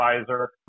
Advisor